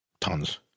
Tons